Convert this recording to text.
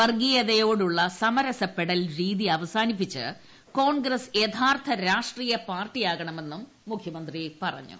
വർഗ്ഗീയതയോടുളള സമരസപ്പെടൽ രീതി അവസാനിപ്പിച്ച് കോൺഗ്രസ് യഥാർത്ഥ രാഷ്ട്രീയ പാർട്ടിയാകണമെന്നും മുഖൃമന്ത്രി പറഞ്ഞു